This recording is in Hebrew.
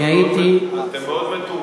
אני הייתי, אתם מאוד מתורבתים.